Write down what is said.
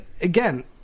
again